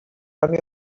from